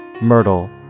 myrtle